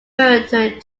referred